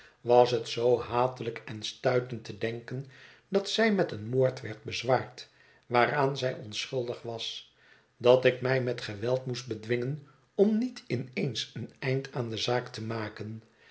was het zoo hatelijk en stuitend te denken dat zij met een moord werd bezwaard waaraan zij onschuldig was dat ik mij met geweld moest bedwingen om niet in eens een eind aan de zaak te maken